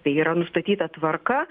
tai yra nustatyta tvarka